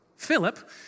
Philip